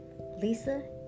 Lisa